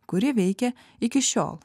kuri veikia iki šiol